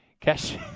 Cash